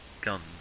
guns